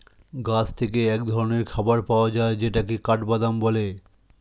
গাছ থেকে এক ধরনের খাবার পাওয়া যায় যেটাকে কাঠবাদাম বলে